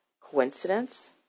Coincidence